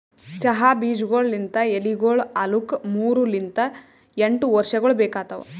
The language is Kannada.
ಚಹಾ ಬೀಜಗೊಳ್ ಲಿಂತ್ ಎಲಿಗೊಳ್ ಆಲುಕ್ ಮೂರು ಲಿಂತ್ ಎಂಟು ವರ್ಷಗೊಳ್ ಬೇಕಾತವ್